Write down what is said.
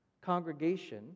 congregation